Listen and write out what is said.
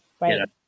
right